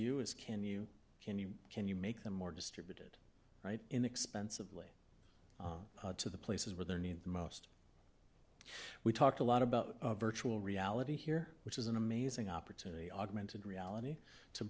you is can you can you can you make them more distributed right inexpensively to the places where they're needed the most we talked a lot about virtual reality here which is an amazing opportunity augmented reality to